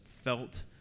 felt